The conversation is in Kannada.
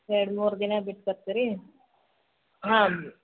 ಎರಡು ಮೂರು ದಿನ ಬಿಟ್ಟು ಬರ್ತೀರಿ ಹಾಂ